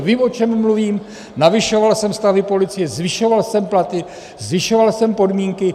Vím, o čem mluvím, navyšoval jsem stavy policie, zvyšovat jsem platy, zlepšoval jsem podmínky.